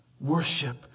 Worship